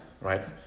right